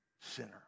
Sinner